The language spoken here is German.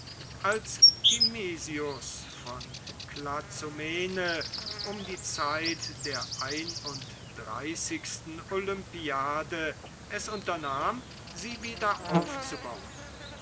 als timesius von klazomene um die zeit der ein und dreißigsten olympiade unternahm sie wieder aufzubauen